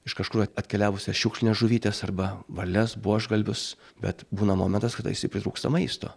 iš kažkur at atkeliavusią šiukšlines žuvytes arba varles buožgalvius bet būna momentas kada jisai pritrūksta maisto